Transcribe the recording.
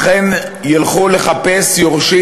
אכן ילכו לחפש לו יורשים?